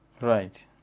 Right